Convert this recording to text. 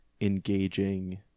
engaging